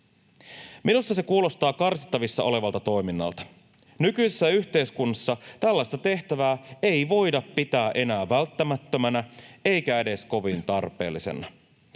Minusta se kuulostaa karsittavissa olevalta toiminnalta. Nykyisessä yhteiskunnassa tällaista tehtävää ei voida pitää enää välttämättömänä eikä edes kovin tarpeellisena.